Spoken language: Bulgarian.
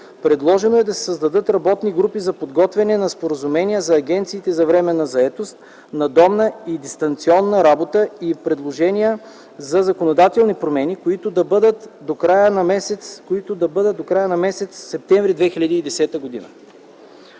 Предложено е да се създадат работни групи за подготвяне на споразумения за агенциите за временна заетост, надомна и дистанционна работа и предложения за законодателни промени, които да бъдат приети до края на м. септември 2010 г.